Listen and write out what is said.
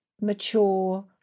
mature